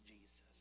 Jesus